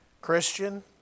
Christian